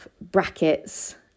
brackets